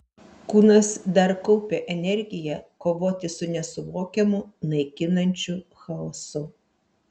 kūnas dar kaupė energiją kovoti su nesuvokiamu naikinančiu chaosu